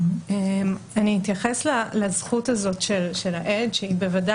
אני אתייחס לזכות הזאת של העד שהיא בוודאי